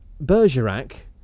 Bergerac